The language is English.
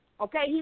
okay